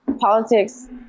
politics